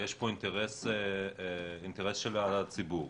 יש פה אינטרס של הציבור.